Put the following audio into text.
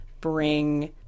bring